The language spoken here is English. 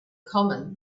common